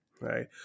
right